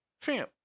Fam